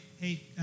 hey